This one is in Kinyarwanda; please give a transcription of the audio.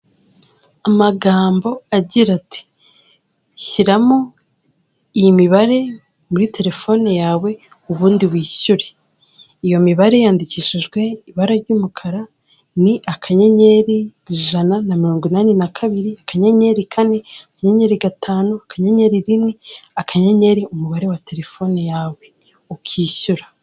Amagambo agira ati ''shyiramo iyi mibare muri telefone yawe ubundi wishyure'' iyo mibare yandikishijwe ibara ry'umukara, ni akanyenyeri, ijana na mirongo inani na kabiri, akanyenyeri kane, akanyenyeri gatanu, akanyenyeri rimwe, akanyenyeri umubare wa telefone yawe ukishyura.